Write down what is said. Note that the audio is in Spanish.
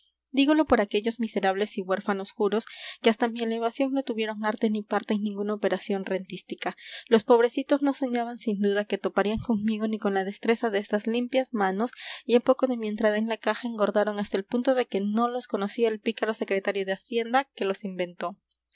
dígolo por aquellos miserables y huérfanos juros que hasta mi elevación no tuvieron arte ni parte en ninguna operación rentística los pobrecitos no soñaban sin duda que toparían conmigo ni con la destreza de estas limpias manos y a poco de mi entrada en la caja engordaron hasta el punto de que no los conocía el pícaro secretario de hacienda que los inventó